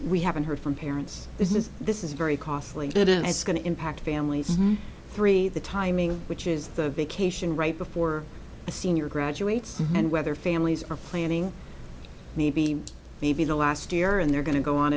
we haven't heard from parents is is this is very costly and it is going to impact anneliese three the timing which is the vacation right before a senior graduates and whether families are planning maybe maybe the last year and they're going to go on